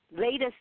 Latest